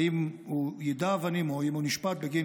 האם הוא יידה אבנים או האם הוא נשפט גם בגין